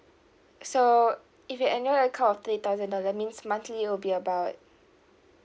so if annual income of three thousand dollar means monthly will be about